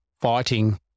fighting